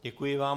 Děkuji vám.